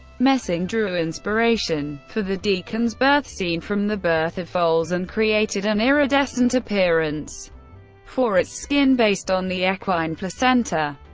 messing drew inspiration for the deacon's birth scene from the birth of foals, and created an iridescent appearance for its skin, based on the equine placenta.